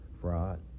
fraud